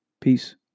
Peace